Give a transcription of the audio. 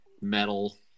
metal